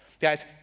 Guys